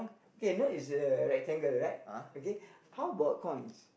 K note is a rectangle right okay how about coins